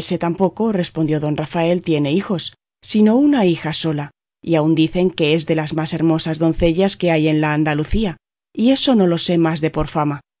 ése tampoco respondió don rafael tiene hijos sino una hija sola y aun dicen que es de las más hermosas doncellas que hay en la andalucía y esto no lo sé más de por fama